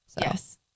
Yes